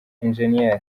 eng